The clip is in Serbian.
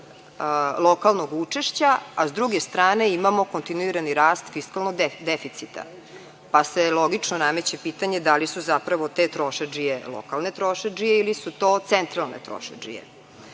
lokalnog učešća, a s druge strane, imamo kontinuirani rast fiskalnog deficita. Logično se nameće pitanje da li su zapravo te trošadžije lokalne trošadžije ili su to centralne trošadžije? Ovo